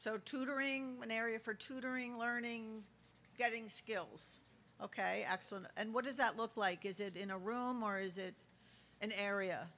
so tutoring an area for tutoring learning getting skills ok excellent and what does that look like is it in a room or is it an area